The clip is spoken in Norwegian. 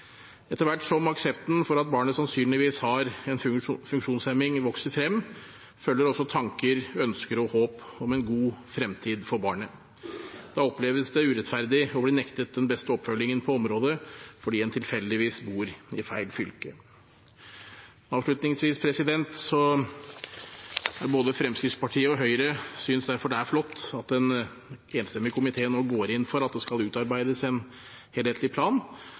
Etter hvert som aksepten for at barnet sannsynligvis har en funksjonshemning, vokser frem, følger også tanker, ønsker og håp om en god fremtid for barnet. Da oppleves det urettferdig å bli nektet den beste oppfølgingen på området fordi en tilfeldigvis bor i feil fylke. Avslutningsvis: Både Fremskrittspartiet og Høyre synes derfor det er flott at en enstemmig komité nå går inn for at det skal utarbeides en helhetlig plan,